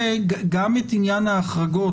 גם את עניין ההחרגות,